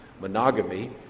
Monogamy